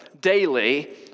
daily